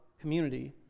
community